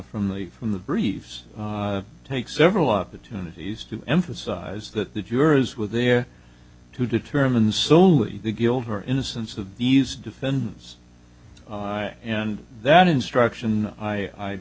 from the from the briefs take several opportunities to emphasize that the jurors were there to determine so only the guilt or innocence of these defendants and that instruction i